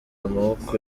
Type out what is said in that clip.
amaboko